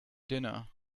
dinner